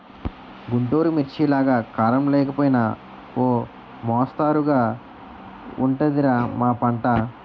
గుంటూరు మిర్చిలాగా కారం లేకపోయినా ఓ మొస్తరుగా ఉంటది రా మా పంట